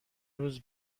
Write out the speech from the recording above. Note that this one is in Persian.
روز